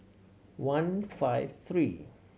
one five three